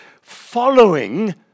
following